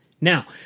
Now